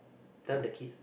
tell the kids